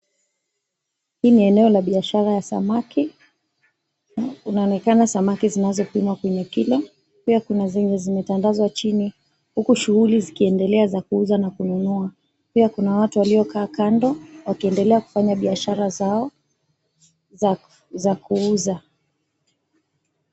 Hii ni eneo la biashara ya samaki, kunaonekana samaki zinazopimwa kwenye kilo pia kuna zile zimetandazwa chini, huku shughuli zikiendelea za kuuza na kununua. Pia kuna watu waliokaa kando, wakiendelea kufanya biashara zao za kuuza.